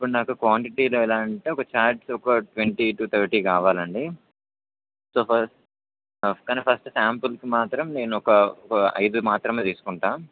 ఇప్పుడు నాకు క్వాంటిటీలు ఎలా అంటే ఒక చార్ట్ ఒక ట్వంటీ టు థర్టీ కావాలండి సో ఫ కానీ ఫస్ట్ శంపుల్కి మాత్రం నేను ఒక ఐదు మాత్రమే తీసుకుంటాను